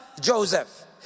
Joseph